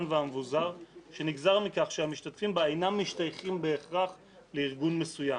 והמבוזר שנגזר מכך שהמשתתפים בה אינם משתייכים בהכרח לארגון מסוים.